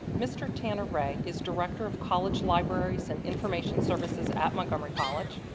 mr. tanner wray is director of college libraries and information services at montgomery college.